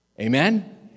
Amen